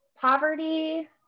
poverty